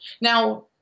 Now